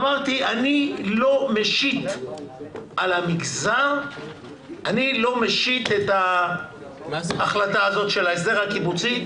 אמרתי: אני לא משית על המגזר את ההחלטה הזאת של ההסדר הקיבוצי,